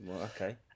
Okay